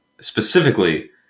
Specifically